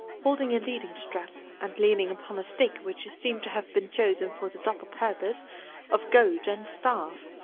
holding a leading-strap, and leaning upon a stick which seemed to have been chosen for the double purpose of goad and staff.